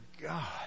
God